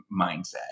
Mindset